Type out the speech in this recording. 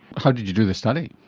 how did you do the study?